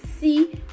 see